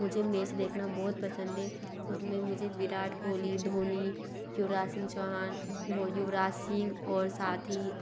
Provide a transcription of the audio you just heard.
मुझे मेच देखना बहुत पसंद हे उस में मुझे विराट कोहली धोनी युवराज सिंह चौहान वो युवराज सिंह और साथ ही